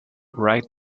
right